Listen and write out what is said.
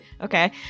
Okay